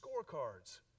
scorecards